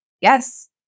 Yes